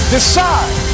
Decide